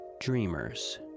dreamers